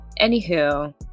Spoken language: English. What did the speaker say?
anywho